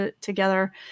together